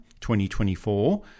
2024